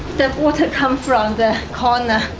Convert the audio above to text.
the water come from the corner.